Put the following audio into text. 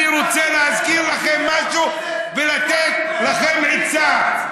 אני רוצה להזכיר לכם משהו ולתת לכם עצה.